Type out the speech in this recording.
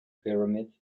pyramids